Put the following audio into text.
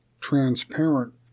transparent